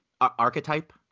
Archetype